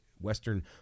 western